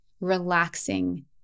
relaxing